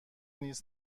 نیز